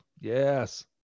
Yes